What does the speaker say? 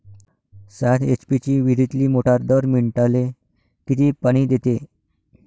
सात एच.पी ची विहिरीतली मोटार दर मिनटाले किती पानी देते?